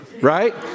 right